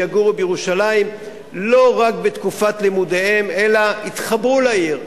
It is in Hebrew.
שלא רק יגורו בירושלים בתקופת לימודיהם אלא יתחברו לעיר,